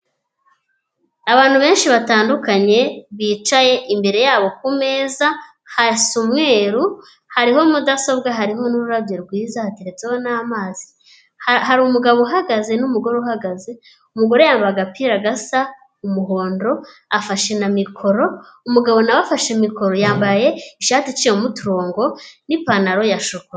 Abantu benshi batandukanye bicaye imbere yabo kumeza hasa umweru hariho mudasobwa harimo n'ururabyo rwiza hateretseho n'amazi , hari umugabo uhagaze n'umugore uhagaze, umugore yambaye agapira gasa umuhondo afashe na mikoro umugabo nawe afashe mikoro yambaye ishati iciyemo uturongo n'ipantaro ya shokora.